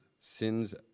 sins